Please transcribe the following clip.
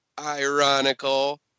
ironical